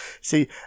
See